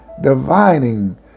divining